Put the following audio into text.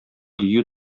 дию